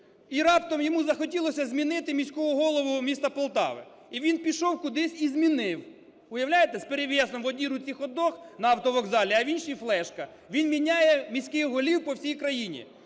і раптом йому захотілося змінити міського голову міста Полтави. І він пішов кудись, і змінив. Уявляєте? Зперевєсом, в одній руці хот-дог – на автовокзалі, а в іншій – флешка, він міняє міських голів по всій країні.